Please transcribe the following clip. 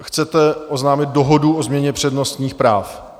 Chcete oznámit dohodu o změně přednostních práv?